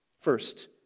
First